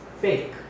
fake